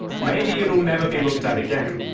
maybe it'll never be looked at again.